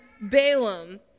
Balaam